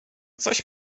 coś